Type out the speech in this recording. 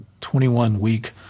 21-week